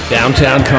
Downtown